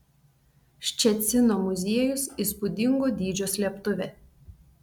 ščecino muziejus įspūdingo dydžio slėptuvė